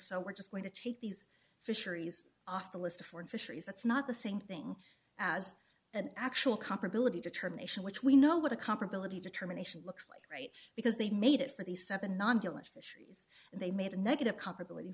so we're just going to take these fisheries off the list of foreign fisheries that's not the same thing as an actual comparability determination which we know what a comparability determination looks like right because they made it for the seven nonviolent fishery yes and they made a negative comparability